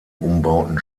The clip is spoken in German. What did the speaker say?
umbauten